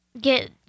get